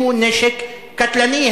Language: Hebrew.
שהוא נשק קטלני.